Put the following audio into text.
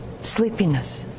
sleepiness